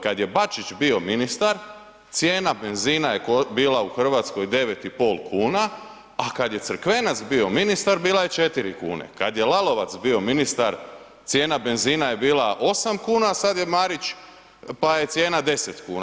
Kada je Bačić bio ministar cijena benzina bila u Hrvatskoj 9,5 kuna, a kada je Crkvenac bio ministar bila je 4 kune, kada je Lalovac bio ministar cijena benzina je bila 8 kuna, a sada je Marić pa je cijena 10 kuna.